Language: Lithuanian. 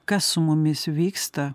kas su mumis vyksta